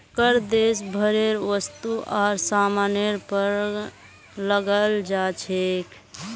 कर देश भरेर वस्तु आर सामानेर पर लगाल जा छेक